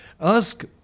Ask